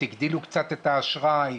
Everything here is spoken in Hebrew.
הגדילו קצת את האשראי,